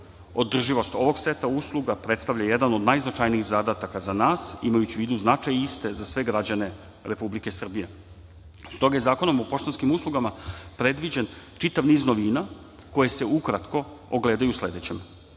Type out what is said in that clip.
Održivost ovog seta usluga predstavlja jedan od najznačajnijih zadataka za nas, imajući u vidu značaj iste za sve građane Republike Srbije. Stoga je Zakonom o poštanskim uslugama predviđen čitav niz novina, koje se ukratko ogledaju u sledećem